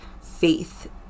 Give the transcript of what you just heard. faith